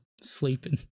sleeping